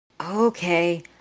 Okay